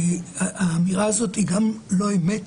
האמירה הזאת היא גם לא אמת,